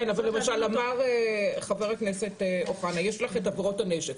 כן, אבל אמר חבר הכנסת אוחנה, יש את עבירות הנשק.